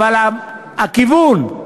אבל הכיוון,